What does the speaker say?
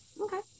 Okay